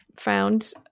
found